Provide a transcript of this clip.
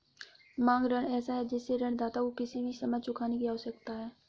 मांग ऋण ऐसा है जिससे ऋणदाता को किसी भी समय चुकाने की आवश्यकता है